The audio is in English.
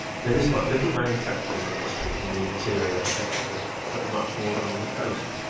there is but little manufacturing industry in the interior of ecuador, but much more than on the coast.